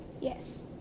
Yes